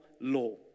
law